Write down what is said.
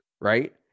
Right